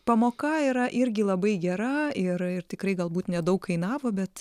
pamoka yra irgi labai gera ir ir tikrai galbūt nedaug kainavo bet